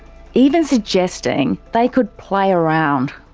even suggesting they could play around.